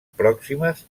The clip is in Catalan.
pròximes